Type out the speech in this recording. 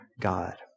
God